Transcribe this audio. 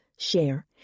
Share